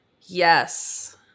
Yes